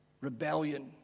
rebellion